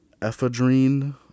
ephedrine